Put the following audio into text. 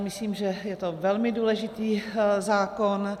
Myslím, že je to velmi důležitý zákon.